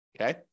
okay